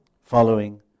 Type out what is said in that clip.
Following